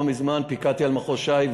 לא מזמן פיקדתי על מחוז ש"י,